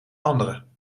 anderen